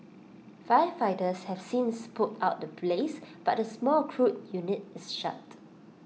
firefighters have since put out the blaze but the small crude unit is shut